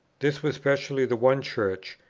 this was specially the one church,